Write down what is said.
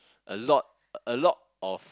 a lot a lot of